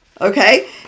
Okay